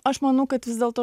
aš manau kad vis dėlto